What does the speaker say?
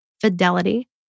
fidelity